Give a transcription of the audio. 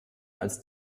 als